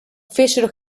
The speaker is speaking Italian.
fecero